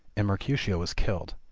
and mercutio was killed.